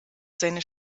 seine